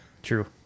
True